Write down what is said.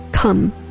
Come